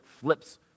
flips